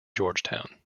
georgetown